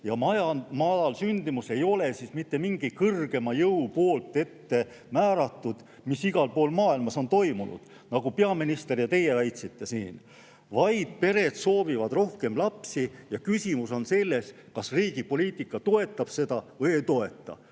on. Madal sündimus ei ole mitte mingi kõrgema jõu poolt ettemääratult igal pool maailmas toimunud, nagu peaminister ja teie siin väitsite. Pered soovivad rohkem lapsi ja küsimus on selles, kas riigi poliitika toetab seda või ei toeta.